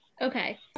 Okay